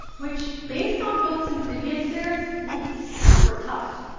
which based on votes in previous years, will be super tough.